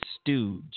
stooge